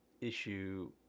issue